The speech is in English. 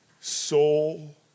soul